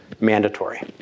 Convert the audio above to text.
mandatory